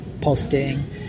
posting